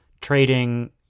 trading